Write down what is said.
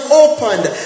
opened